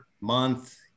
month